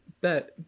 bet